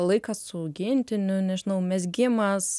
laikas su augintiniu nežinau mezgimas